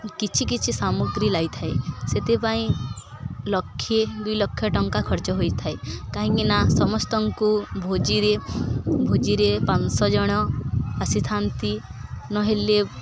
କିଛି କିଛି ସାମଗ୍ରୀ ଲାଗଥାଏ ସେଥିପାଇଁ ଲକ୍ଷେ ଦୁଇ ଲକ୍ଷ ଟଙ୍କା ଖର୍ଚ୍ଚ ହୋଇଥାଏ କାହିଁକିନା ସମସ୍ତଙ୍କୁ ଭୋଜିରେ ଭୋଜିରେ ପାଞ୍ଚଶହ ଜଣ ଆସିଥାନ୍ତି ନହେଲେ